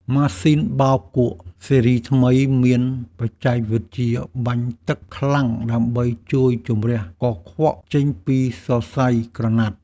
ម៉ាស៊ីនបោកគក់ស៊េរីថ្មីមានបច្ចេកវិទ្យាបាញ់ទឹកខ្លាំងដើម្បីជួយជម្រះកខ្វក់ចេញពីសរសៃក្រណាត់។